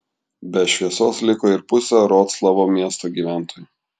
be šviesos liko ir pusė vroclavo miesto gyventojų